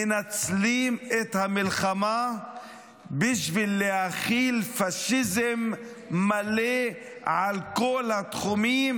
מנצלים את המלחמה בשביל להחיל פשיזם מלא על כל התחומים,